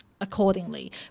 accordingly